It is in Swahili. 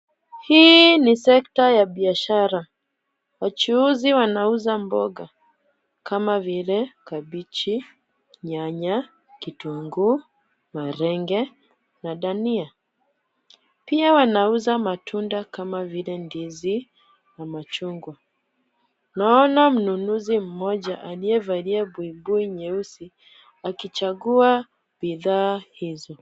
Hii ni sekta ya biashara, wachuuzi wanauza mboga kama vile; kabichi, nyanya, kitunguu, malenge na dania. Pia wanauza matunda kama vile ndizi na machungwa. Naona mnunuzi mmoja aliyevalia buibui nyeusi akichagua bidhaa hizo.